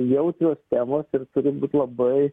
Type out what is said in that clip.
jautrios temos ir turi būt labai